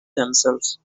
themselves